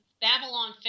Babylon